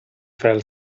fell